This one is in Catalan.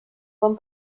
bon